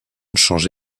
change